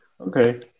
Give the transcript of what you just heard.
Okay